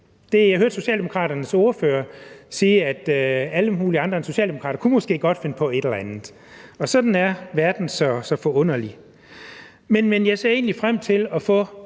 Jeg hørte Socialdemokraternes ordfører sige, at alle mulige andre end Socialdemokraterne måske godt kunne finde på et eller andet. Sådan er verden så forunderlig. Men jeg ser egentlig frem til at få